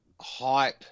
hype